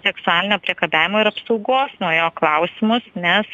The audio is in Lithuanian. seksualinio priekabiavimo ir apsaugos nuo jo klausimus nes